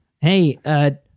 Hey